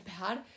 bad